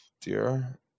dear